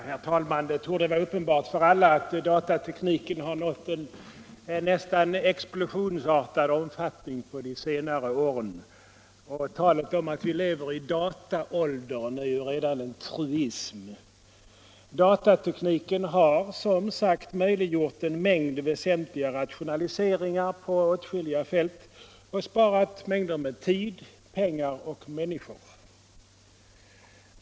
Herr talman! Det torde vara uppenbart för alla att datatekniken har nått en nästan explosionsartad omfattning de senare åren. Talet om att vi lever i dataåldern är redan en truism. Datatekniken har, som sagt, möjliggjort en mängd väsentliga rationaliseringar på åtskilliga fält och sparat massor av tid, pengar och människor.